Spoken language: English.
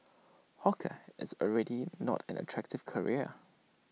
hawker is already not an attractive career